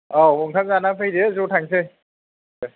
औ ओंखाम जानानै फैदो ज' थांसै दे